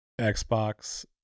Xbox